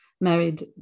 married